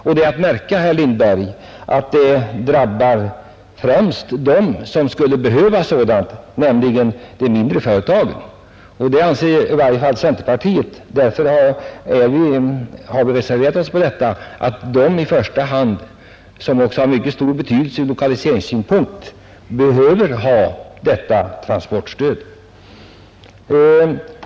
Och det är att märka, herr Lindberg, att det främst drabbar dem som bäst behöver stödet, nämligen de mindre företagen. Detta anser i varje fall centerpartiet, och därför har vi reserverat oss på den punkten. Vi anser att i första hand dessa företag, vilka också har mycket stor betydelse ur lokaliseringssynpunkt, bör få transportstöd.